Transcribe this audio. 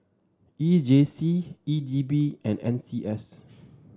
E J C E D B and N C S